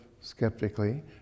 skeptically